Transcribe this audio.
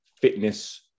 fitness